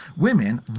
women